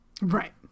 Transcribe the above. Right